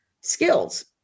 skills